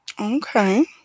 Okay